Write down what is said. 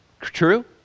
True